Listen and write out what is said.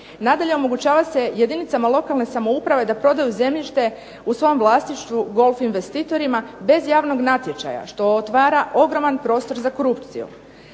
Nadalje, omogućava se jedinicama lokalne samouprave da prodaju zemljište u svom vlasništvu golf investitorima bez javnog natječaja što otvara ogroman prostor za korupciju.